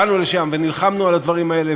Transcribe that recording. באנו לשם ונלחמנו על הדברים האלה,